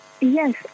Yes